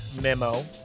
memo